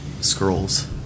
scrolls